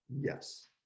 Yes